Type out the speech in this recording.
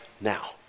now